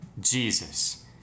Jesus